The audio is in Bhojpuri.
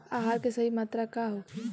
आहार के सही मात्रा का होखे?